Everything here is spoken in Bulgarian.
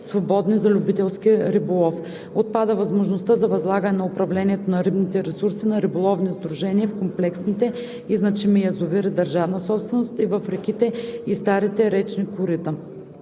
свободни за любителски риболов. Отпада възможността за възлагане на управлението на рибните ресурси на риболовни сдружения в комплексните и значими язовири – държавна собственост, и в реките и старите речни корита.